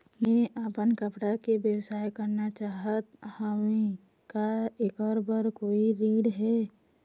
मैं अपन कपड़ा के व्यवसाय करना चाहत हावे का ऐकर बर कोई ऋण हे?